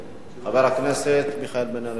חבר הכנסת מיכאל בן-ארי מסתפק.